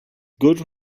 good